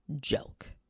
joke